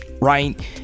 right